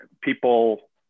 people